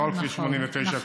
לא על כביש 89 כולו.